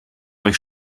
euch